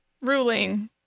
ruling